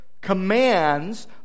commands